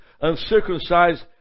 uncircumcised